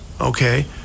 okay